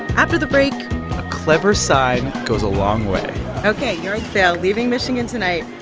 after the break. a clever sign goes a long way ok. yard sale leaving michigan tonight,